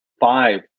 five